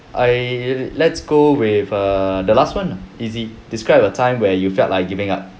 I let's go with err the last [one] lah easy describe a time where you felt like giving up